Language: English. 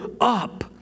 up